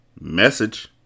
Message